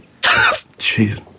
Jeez